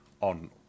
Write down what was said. on